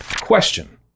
Question